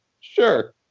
sure